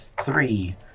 three